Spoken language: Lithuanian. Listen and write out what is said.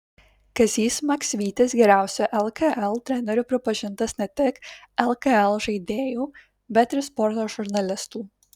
kazys maksvytis geriausiu lkl treneriu pripažintas ne tik lkl žaidėjų bet ir sporto žurnalistų